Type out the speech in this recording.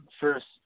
first